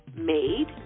made